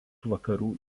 vakarų